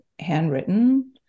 handwritten